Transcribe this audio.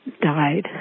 died